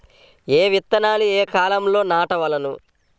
ఏ విత్తనాలు ఏ కాలాలలో నాటవలెను?